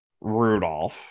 Rudolph